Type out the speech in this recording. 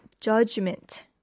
judgment